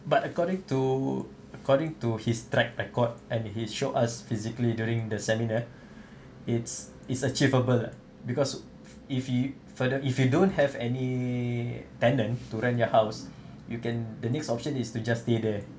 but according to according to his track record and he showed us physically during the seminar it's is achievable lah because if you further if you don't have any tenant to rent your house you can the next option is to just stay there